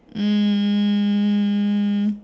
um